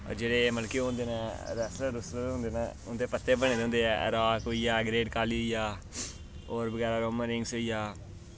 जेह्ड़े मतलब की ओह् होंदे न रैसलर रुसलर होंदे न ओह् उंदे पत्ते बने दे होंदे न द रॉक होई गेआ ग्रेट खली न और बगैरा रोमन रेन्स होई गेआ